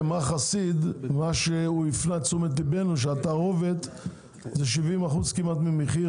מר חסיד הפנה את תשומת לבנו לכך שהתערובת היא כמעט 70% ממחיר